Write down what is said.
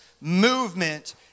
movement